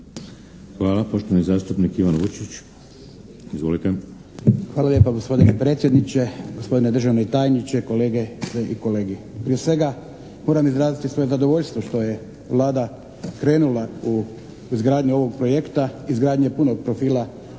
Hvala. Poštovani zastupnik Ivan Vučić. Izvolite. **Vučić, Ivan (HDZ)** Hvala lijepa, gospodine predsjedniče, gospodine državni tajniče, kolegice i kolege. Prije svega, moram izraziti svoje zadovoljstvo što je Vlada krenula u izgradnju ovog projekta, izgradnje punog profila